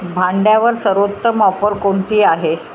भांड्यावर सर्वोत्तम ऑफर कोणती आहे